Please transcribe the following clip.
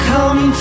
Come